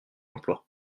emploi